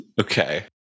Okay